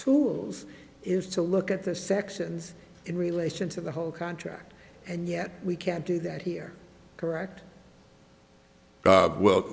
tools is to look at the sections in relation to the whole contract and yet we can't do that here correct well